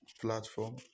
platform